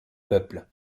peuples